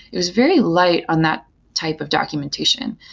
it was very light on that type of documentation.